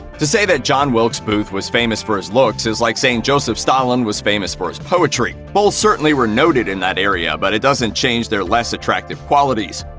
to say that john wilkes booth was famous for his looks is like saying joseph stalin was famous for his poetry. both certainly were noted in that area, but it doesn't change their less attractive qualities.